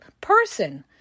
person